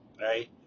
right